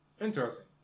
Interesting